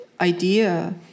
idea